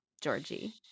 Georgie